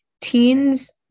Teens